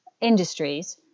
industries